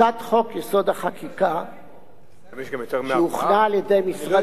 טיוטת חוק-יסוד: החקיקה שהוכנה על ידי משרד